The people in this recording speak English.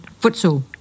futsal